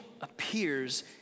appears